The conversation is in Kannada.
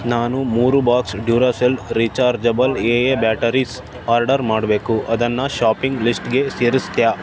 ನಾನು ಮೂರು box Duracell rechargeable A A batteries order ಮಾಡಬೇಕು ಅದನ್ನು ಷಾಪಿಂಗ್ ಲಿಸ್ಟ್ಗೆ ಸೇರಿಸ್ತೀಯಾ